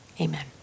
amen